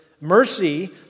Mercy